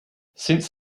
since